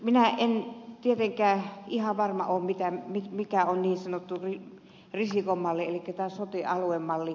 minä en tietenkään ihan varma ole mikä on niin sanottu risikon malli eli tämä sote aluemalli